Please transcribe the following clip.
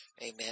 Amen